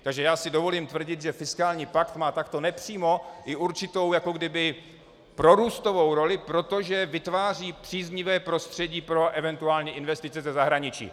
Takže si dovolím tvrdit, že fiskální pakt má takto nepřímo i určitou jakoby prorůstovou roli, protože vytváří příznivé prostředí pro eventuální investice ze zahraničí.